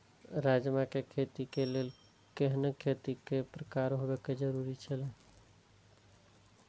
राजमा के खेती के लेल केहेन खेत केय प्रकार होबाक जरुरी छल?